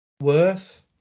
Worth